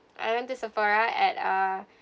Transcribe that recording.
I went to Sephora at uh